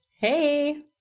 Hey